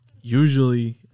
usually